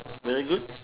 very good